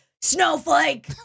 snowflake